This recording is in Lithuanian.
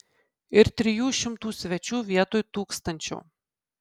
ir trijų šimtų svečių vietoj tūkstančio